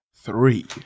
Three